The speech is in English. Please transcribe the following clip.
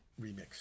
remix